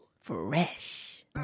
Fresh